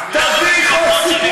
לא חוק מעלה-אדומים, וחוק זה וחוק זה.